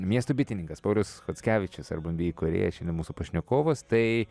miesto bitininkas paulius chockevičius urban bee įkūrėjas šiandien mūsų pašnekovas tai